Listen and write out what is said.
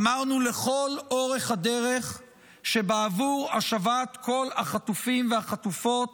אמרנו לכל אורך הדרך שבעבור השבת כל החטופים והחטופות